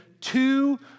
two